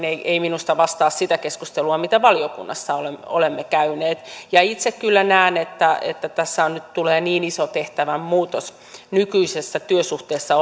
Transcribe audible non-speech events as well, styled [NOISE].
[UNINTELLIGIBLE] ei ei minusta todellakaan vastaa sitä keskustelua mitä valiokunnassa olemme käyneet ja itse kyllä näen että että tässä tulee niin iso tehtävänmuutos nykyisessä työsuhteessa [UNINTELLIGIBLE]